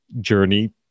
journey